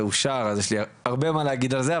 אושר אז יש לי הרבה מה להגיד על זה,